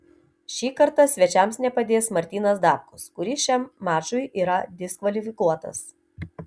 šį kartą svečiams nepadės martynas dapkus kuris šiam mačui yra diskvalifikuotas